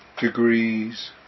degrees